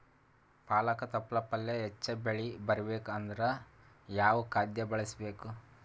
ಪಾಲಕ ತೊಪಲ ಪಲ್ಯ ಹೆಚ್ಚ ಬೆಳಿ ಬರಬೇಕು ಅಂದರ ಯಾವ ಖಾದ್ಯ ಬಳಸಬೇಕು?